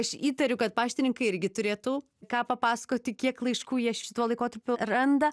aš įtariu kad paštininkai irgi turėtų ką papasakoti kiek laiškų jie šituo laikotarpiu randa